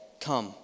Come